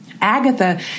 Agatha